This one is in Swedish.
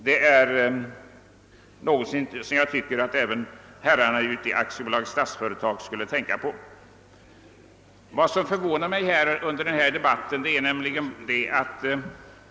Detta är någonting som jag tycker att även herrarna i AB Statsföretag borde tänka på.